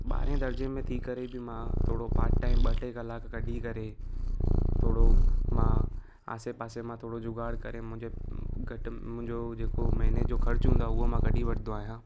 ॿारहें दर्जे में थी करे बि मां थोरो पाट टाइम ॿ टे कलाक कढी करे थोरो मां आसे पासे मां थोरो जुगाड़ करे मुंहिंजे घटि मुंहिंजो जेको महीने जो ख़र्चु हूंदो आहे उहो मां कढी वठंदो आहियां